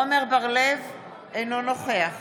אינו נוכח